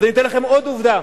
אז אני אתן לכם עוד עובדה,